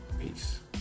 Peace